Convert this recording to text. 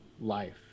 life